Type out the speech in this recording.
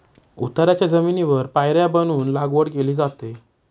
उताराच्या जमिनीवर पायऱ्या बनवून लागवड केली जाते